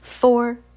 Four